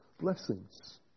blessings